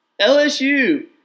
LSU –